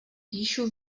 píšu